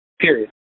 period